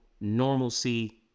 normalcy